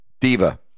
diva